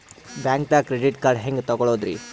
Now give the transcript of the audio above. ಬ್ಯಾಂಕ್ದಾಗ credit card ಹೆಂಗ್ ತಗೊಳದ್ರಿ?